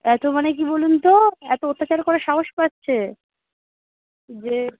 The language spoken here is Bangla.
এত মানে কী বলুন তো এত অত্যাচার করার সাহস পাচ্ছে যে